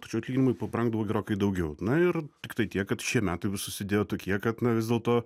tačiau atlyginimai pabrangdavo gerokai daugiau na ir tiktai tiek kad šie metai susidėjo tokie kad na vis dėlto